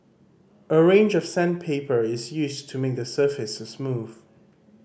a range of sandpaper is used to make the surface smooth